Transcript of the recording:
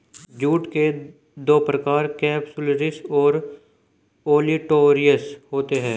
jute के दो प्रकार केपसुलरिस और ओलिटोरियस होते हैं